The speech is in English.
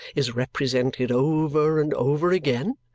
is represented over and over again?